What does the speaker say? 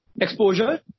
exposure